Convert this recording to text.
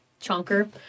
chonker